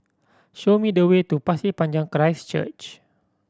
show me the way to Pasir Panjang Christ Church